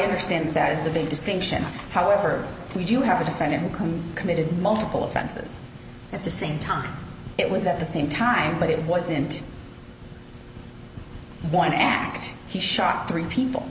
understand that is the big distinction however we do have a defendant who comes committed multiple offenses at the same time it was at the same time but it wasn't one to act he shot three people